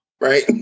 right